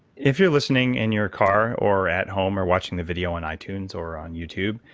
if you're listening in your car or at home or watching the video on itunes or on youtube,